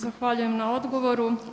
Zahvaljujem na odgovoru.